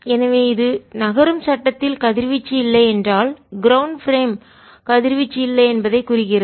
எனவே இது நகரும் சட்டத்தில் கதிர்வீச்சு இல்லை என்றால் க்ரௌண்ட் பிரேம் தரைச் சட்டகத்தில் கதிர்வீச்சு இல்லை என்பதை குறிக்கிறது